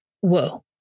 Whoa